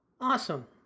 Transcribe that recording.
Awesome